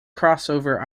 crossover